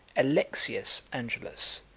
alexius angelus,